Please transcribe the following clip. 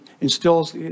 Instills